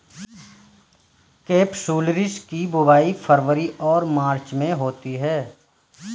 capsularis की बुवाई फरवरी मार्च में होती है